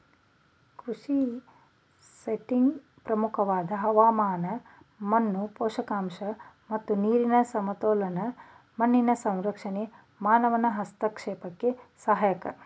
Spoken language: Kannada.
ಕೃಷಿ ಸೈಟ್ಗೆ ಪ್ರಮುಖವಾದ ಹವಾಮಾನ ಮಣ್ಣು ಪೋಷಕಾಂಶ ಮತ್ತು ನೀರಿನ ಸಂಪನ್ಮೂಲ ಮಣ್ಣಿನ ಸಂರಕ್ಷಣೆ ಮಾನವನ ಹಸ್ತಕ್ಷೇಪಕ್ಕೆ ಸಹಾಯಕ